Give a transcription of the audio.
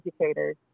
educators